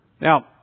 Now